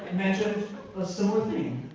mentioned a similar thing.